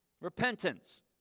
repentance